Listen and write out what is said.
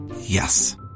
Yes